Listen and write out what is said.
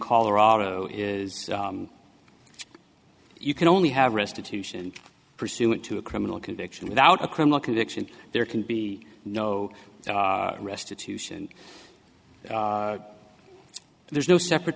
colorado if you can only have restitution pursuant to a criminal conviction without a criminal conviction there can be no restitution there's no separate